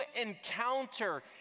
encounter